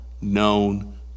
known